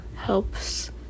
Helps